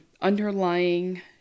underlying